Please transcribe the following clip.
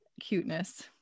cuteness